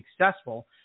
successful